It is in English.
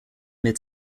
mid